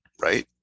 right